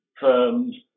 firms